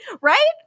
Right